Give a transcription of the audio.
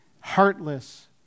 heartless